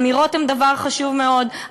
אמירות הן הדבר חשוב מאוד,